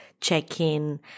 check-in